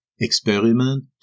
experiment